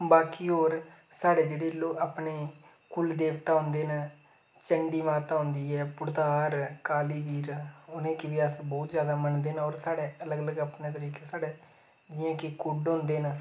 बाकी होर साढ़ै जेह्ड़े लोक अपने कुलदेवता होंदे न चंडी माता होंदी ऐ पुड़तार काली बीर उ'नेंगी बी अस बोह्त जादा मन्नदे न होर साढ़ै अलग अलग अपनै तरीकै साढ़ै जियां कि कुड्ढ होंदे न